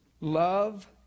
Love